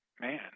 man